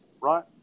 Right